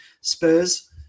Spurs